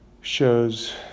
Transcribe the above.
shows